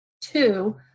Two